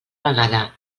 vegada